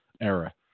era